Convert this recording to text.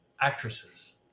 actresses